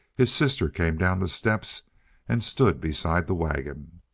his sister came down the steps and stood beside the wagon.